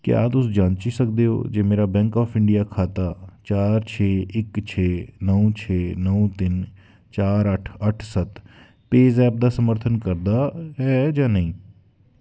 क्या तुस जांची सकदे ओ जे मेरा बैंक ऑफ इंडिया खाता चार छे इक छे नौ छे नौ तीन चार अट्ठ अट्ठ सत्त पेऽजैप दा समर्थन करदा ऐ जां नेईं